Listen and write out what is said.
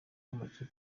amakipe